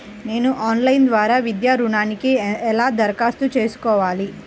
నేను ఆన్లైన్ ద్వారా విద్యా ఋణంకి ఎలా దరఖాస్తు చేసుకోవాలి?